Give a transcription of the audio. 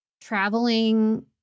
traveling